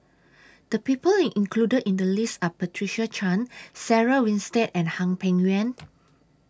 The People included in The list Are Patricia Chan Sarah Winstedt and Hwang Peng Yuan